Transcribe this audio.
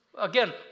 Again